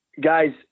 Guys